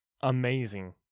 amazing